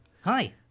Hi